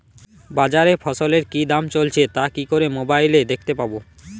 বাজারে ফসলের কি দাম চলছে তা কি করে মোবাইলে দেখতে পাবো?